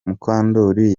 mukandori